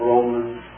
Romans